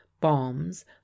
bombs